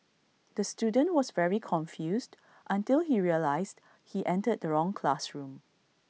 the student was very confused until he realised he entered the wrong classroom